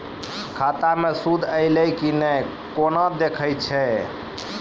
खाता मे सूद एलय की ने कोना देखय छै?